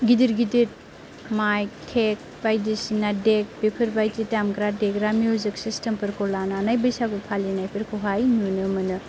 गिदिर गिदिर माइक थेप बायदिसिना देक बेफोरबायदि दामग्रा देग्रा मिउजिक सिस्टेम फोरखौ लानानै बैसागु फालिनायफोरखौहाय नुनो मोनो